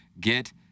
get